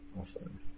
awesome